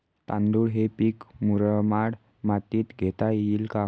तांदूळ हे पीक मुरमाड मातीत घेता येईल का?